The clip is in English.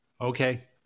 Okay